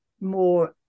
more